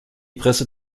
presse